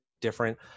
different